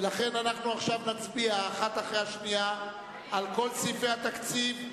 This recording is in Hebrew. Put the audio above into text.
ולכן אנחנו נצביע בזה אחר זה על כל סעיפי התקציב,